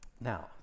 Now